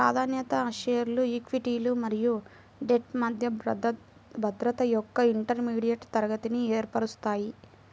ప్రాధాన్యత షేర్లు ఈక్విటీలు మరియు డెట్ మధ్య భద్రత యొక్క ఇంటర్మీడియట్ తరగతిని ఏర్పరుస్తాయి